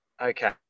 okay